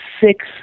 six